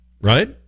Right